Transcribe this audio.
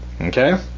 Okay